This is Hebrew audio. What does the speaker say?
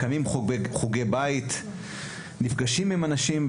אנחנו מקיימים חוגי בית ונפגשים עם אנשים,